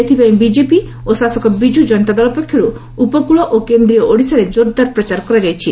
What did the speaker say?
ଏଥିପାଇଁ ବିଜେପି ଓ ଶାସକ ବିଜୁ ଜନତା ଦଳ ପକ୍ଷରୁ ଉପକୃଳ ଓ କେନ୍ଦ୍ରୀୟ ଓଡିଶାରେ କୋରଦାର ପ୍ରଚାର କରାଯାଇଛି